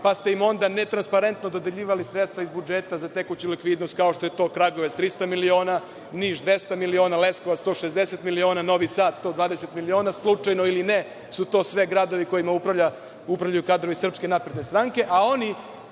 pa ste im onda netransparentno dodeljivali sredstva iz budžeta za tekuću likvidnost, kao što je to Kragujevac 300 miliona, Niš 200 miliona, Leskovac 160 miliona, Novi Sad 120 miliona, slučajno ili ne, to su sve gradovi kojima upravljaju kadrovi SNS, a oni,